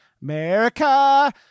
America